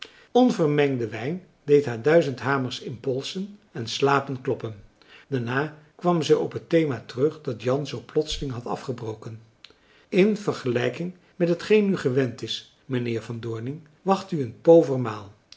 onvermengde wijn deed haar duizend hamers in polsen en slapen kloppen daarna kwam zij op het thema terug dat jan zoo plotseling had afgebroken in vergelijking met hetgeen u gewend is mijnheer van doorning wacht u een